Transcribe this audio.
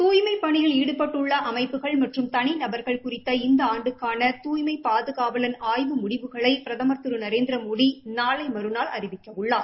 துய்மைப் பணியில் ஈடுபட்டுள்ள அமைப்புகள் மற்றும் தனிநபர்கள் குறித்த இந்த ஆண்டுக்கான தூய்மை பாதுகாவலன் ஆய்வு முடிவுகளை பிரதம் திரு நரேந்திரமோடி நாளை மறுநாள் அறிவிக்கவுள்ளார்